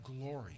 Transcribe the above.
glory